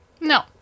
No